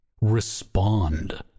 respond